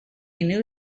new